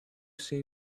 say